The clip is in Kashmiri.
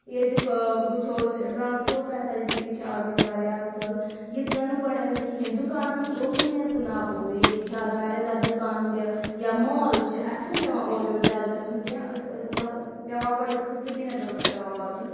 ییٚتیُک وٕچھو أسۍ ٹرٛانٕسپوٹ فیسَلٹی تہِ چھِ آز ییٚتہِ واریاہ اَصٕل یہِ زَن نہٕ گۄڈٕنیٚتھ أسۍ کِہیٖنۍ دُکانَن ہُنٛد اوس نہٕ نیس تہٕ نابودٕے ییٚتہِ چھِ اَز واریاہ زیادٕ دُکان تہِ یا مال چھِ اَسہِ چھِنہٕ پیٚوان اورٕ یورٕ زیادٕ گژھُن کینٛہہ أسۍ ٲسۍ پیٚوان گۄڈٕ گژھُن سری نگر اوس پیٚوان واتُن